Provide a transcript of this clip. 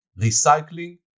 recycling